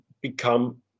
become